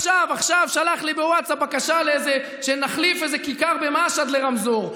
עכשיו עכשיו שלח לי בווטסאפ בקשה שנחליף איזו כיכר במשהד לרמזור.